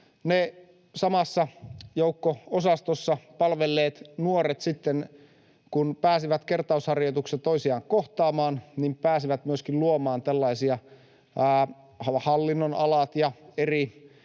samassa joukko-osastossa palvelleet nuoret sitten, kun pääsevät kertausharjoituksissa toisiaan kohtaamaan, pääsevät myöskin luomaan tällaisia hallinnonalat ja eri